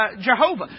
Jehovah